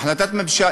החלטת ממשלה.